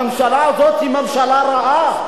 הממשלה הזאת היא ממשלה רעה.